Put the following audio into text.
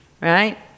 right